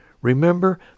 Remember